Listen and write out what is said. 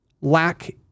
lack